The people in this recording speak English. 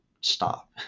stop